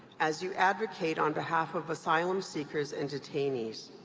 as you advocate on behalf of asylum seekers and detainees,